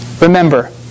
Remember